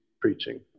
preaching